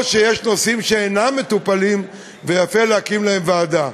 או שיש נושאים שאינם מטופלים ויפה להקים להם ועדה.